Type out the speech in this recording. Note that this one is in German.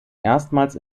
erstmals